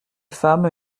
femmes